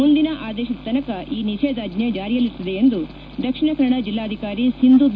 ಮುಂದಿನ ಆದೇಶದ ತನಕ ಈ ನಿಷೇಧಾಜ್ವೆ ಚಾರಿಯಲ್ಲಿರುತ್ತದೆ ಎಂದು ದಕ್ಷಿಣ ಕನ್ನಡ ಜಿಲ್ಲಾಧಕಾರಿ ಸಿಂಧೂ ಬಿ